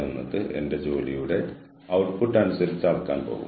അതിനാൽ ഇങ്ങനെയാണ് ഈ ബോക്സുകൾ പരസ്പരം ബന്ധപ്പെട്ടിരിക്കുന്നത്